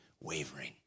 wavering